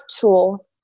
tool